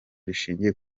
rishingiye